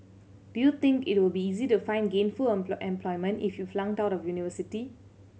do you think it will be easy to find gainful employment if you flunked out of university